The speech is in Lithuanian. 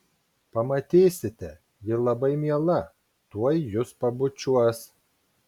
pamatysite ji labai miela tuoj jus pabučiuos